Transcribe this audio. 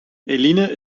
eline